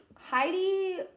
Heidi